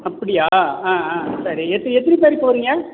அப்படியா ஆ ஆ சரி எத்தி எத்தினி பேர் போகறீங்க